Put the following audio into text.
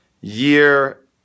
year